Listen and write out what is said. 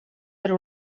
per